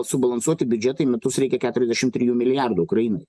subalansuoti biudžetai metus reikia keturiasdešim trijų milijardų ukrainai